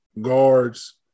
guards